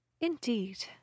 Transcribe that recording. Indeed